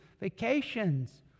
vacations